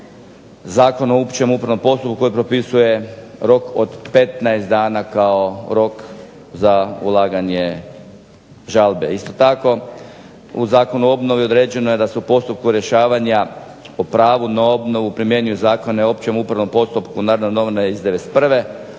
Zakonom o općem upravnom postupku koji propisuje rok od 15 dana kao rok za ulaganje žalbe. Isto tako u Zakonu o obnovi određeno je da se u postupku rješavanja u pravu na obnovu primjenjuje Zakon o općem upravnom postupku "Narodne